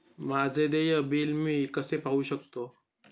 माझे देय बिल मी कसे पाहू शकतो?